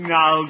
Now